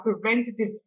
preventative